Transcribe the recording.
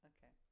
Okay